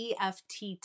EFT